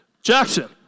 Jackson